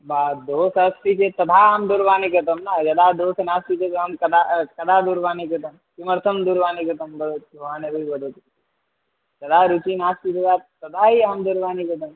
वा दोषः अस्ति चेत् तदा अहं दूरवाणी कृतं न यदा दोषः नास्ति चेत् अहं कदा कदा दूरवाणी कृतं किमर्थं दूरवाणी कृतं भवति वदतु यदा रुचिः नास्ति चेत् तदा एव अहं दूरवाणी कृतं